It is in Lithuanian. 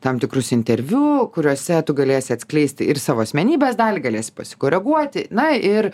tam tikrus interviu kuriuose tu galėsi atskleisti ir savo asmenybės dalį galėsi pasikoreguoti na ir